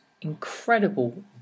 incredible